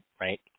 right